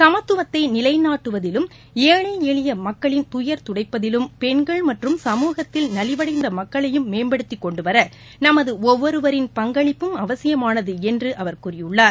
சமத்துவத்தை நிலைநாட்டுவதிலும் ஏழை எளிய மக்களின் துயர் துடைப்பதிலும் பெண்கள் மற்றும் சமூகத்தில் நலிவடைந்த மக்களையும் மேம்படுத்திக் கொண்டுவர நமது ஒவ்வொருவரின் பங்களிப்பும் அவசியமானது என்று அவர் கூறியுள்ளார்